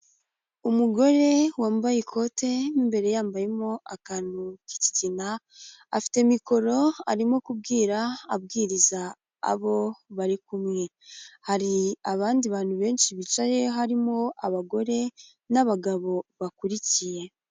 Umugore wambaye ikote, imbere yambayemo akantu k'ikigina, afite mikoro arimo kubwira, abwiriza abo bari kumwe, hari abandi bantu benshi bicaye harimo abagore n'abagabo bakurikiye.